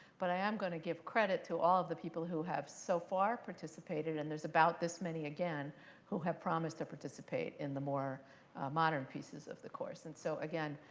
but i am going to give credit to all of the people who have so far participated, and there's about this many again who have promised to participate in the more modern pieces of the course. and so, again,